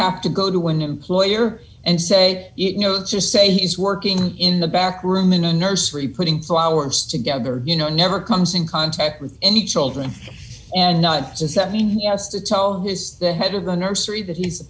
have to go to an employer and say you know just say he was working in the back room in a nursery putting flowers together you know never comes in contact with any children and none does that mean he has to tell who's the head of the nursery that he's a